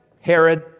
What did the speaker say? Herod